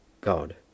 God